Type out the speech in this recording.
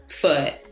foot